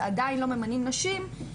עדיין לא ממנים נשים,